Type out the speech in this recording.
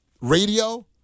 radio